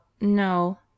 no